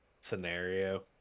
scenario